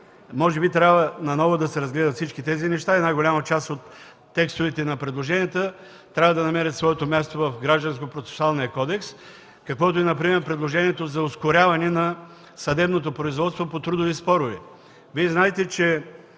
Може би трябва наново да се разгледат всички тези неща. Голяма част от текстовете на предложенията трябва да намерят своето място в Гражданско-процесуалния кодекс, каквото например е предложението за ускоряване на съдебното производство по трудови спорове. Знаете, че